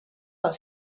pel